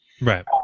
Right